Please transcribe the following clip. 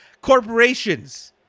corporations